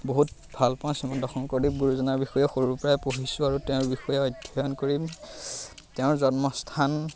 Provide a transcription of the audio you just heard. বহুত ভাল পাওঁ শ্ৰীমন্ত শংকৰদেৱ গুৰুজনাৰ বিষয়ে সৰুৰপৰাই পঢ়িছোঁ আৰু তেওঁৰ বিষয়ে অধ্যয়ন কৰিম তেওঁৰ জন্মস্থান